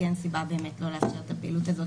כי אין סיבה לא לאפשר את הפעילות הזו